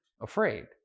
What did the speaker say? afraid